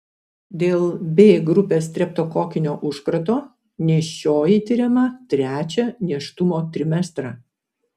dėl b grupės streptokokinio užkrato nėščioji tiriama trečią nėštumo trimestrą